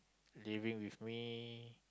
living with me